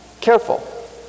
Careful